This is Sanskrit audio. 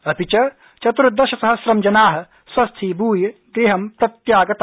अपि च चतुर्दशसहम्रं जना स्वस्थीभूय गृहं प्रत्यागता